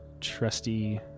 trusty